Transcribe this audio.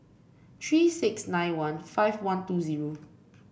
three six nine one five one two zero